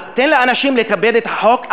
אז תן לאנשים לכבד את החוק,